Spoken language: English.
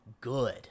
good